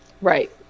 right